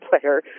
player